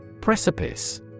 Precipice